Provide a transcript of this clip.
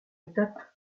étape